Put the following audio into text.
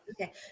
Okay